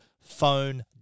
phone